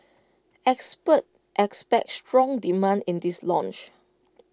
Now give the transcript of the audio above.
experts expect strong demand in this launch